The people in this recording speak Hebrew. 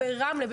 ברמלה,